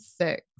six